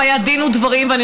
היה דין ודברים.